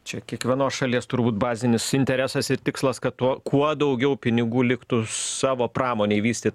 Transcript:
čia kiekvienos šalies turbūt bazinis interesas ir tikslas kad tuo kuo daugiau pinigų liktų savo pramonei vystyt